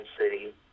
city